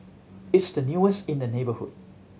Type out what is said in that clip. it's the newest in the neighbourhood